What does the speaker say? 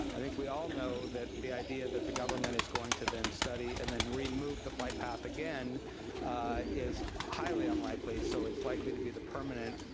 i think we all know that the idea that the government is going to then study and then remove the flight path again is highly unlikely, so it's likely to be the permanent,